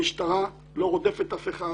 המשטרה לא רודפת אף אחד,